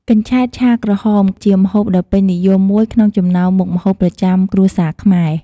កញ្ឆែតឆាក្រហម ជាមុខម្ហូបដ៏ពេញនិយមមួយក្នុងចំណោមមុខម្ហូបប្រចាំគ្រួសារខ្មែរ។